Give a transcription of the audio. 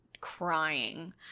crying